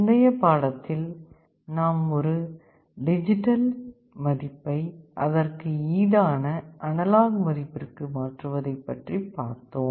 முந்தைய பாடத்தில் நாம் ஒரு டிஜிட்டல் மதிப்பை அதற்கு ஈடான அனலாக் மதிப்பிற்கு மாற்றுவதை பற்றி பார்த்தோம்